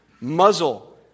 Muzzle